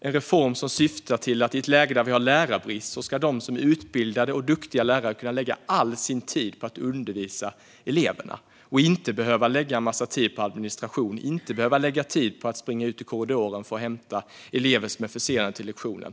I ett läge med lärarbrist syftar denna reform till att de som är utbildade och duktiga lärare ska kunna lägga all sin tid på att undervisa eleverna och inte behöva lägga en massa tid på administration eller på att springa ut i korridoren för att hämta elever som är försenade till lektionen.